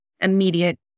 immediate